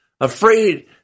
afraid